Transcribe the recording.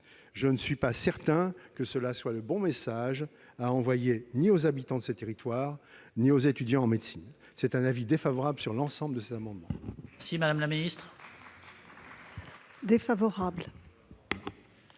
Je ne suis pas certain que cela soit le bon message à envoyer ni aux habitants de ces territoires ni aux étudiants en médecine ! Pour l'ensemble de ces raisons,